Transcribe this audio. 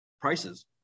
prices